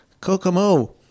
Kokomo